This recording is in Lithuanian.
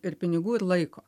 ir pinigų ir laiko